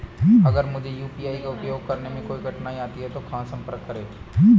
अगर मुझे यू.पी.आई का उपयोग करने में कोई कठिनाई आती है तो कहां संपर्क करें?